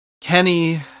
Kenny